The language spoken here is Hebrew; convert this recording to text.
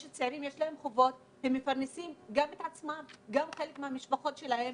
יש צעירים שיש להם חובות והם מפרנסים גם את עצמם וגם חלק מהמשפחות שלהם.